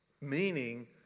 meaning